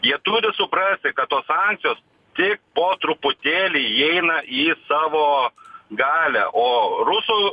jie turi suprati kad tos sankcijos tik po truputėlį įeina į savo galią o rusų